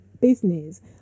business